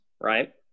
right